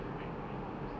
oh my god Animal Crossing